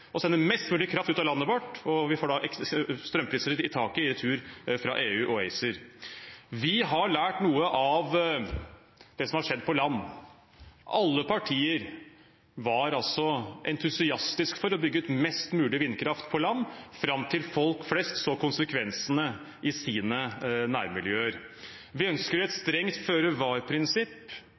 mest mulig kraft ut av landet vårt. Vi får da strømpriser i taket i retur fra EU og ACER. Vi har lært noe av det som har skjedd på land. Alle partier var entusiastisk for å bygge ut mest mulig vindkraft på land fram til folk flest så konsekvensene i sine nærmiljøer. Vi ønsker et strengt